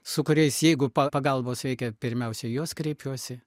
su kuriais jeigu pagalbos reikia pirmiausia į juos kreipiuosi